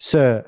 Sir